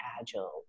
agile